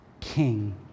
king